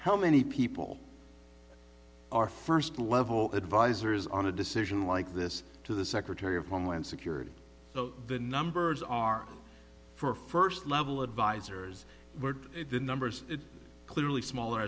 how many people are first level advisers on a decision like this to the secretary of homeland security the numbers are for first level advisors were the numbers clearly smaller